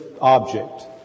object